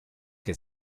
que